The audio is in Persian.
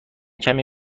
کمی